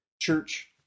Church